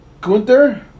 Gunther